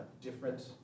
different